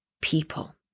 people